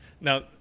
Now